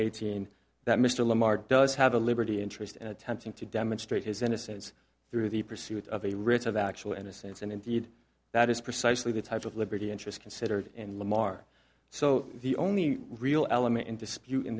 eighteen that mr lamar does have a liberty interest in attempting to demonstrate his innocence through the pursuit of a writ of actual innocence and indeed that is precisely the type of liberty interest considered and lamar so the only real element in dispute in